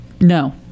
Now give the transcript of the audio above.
No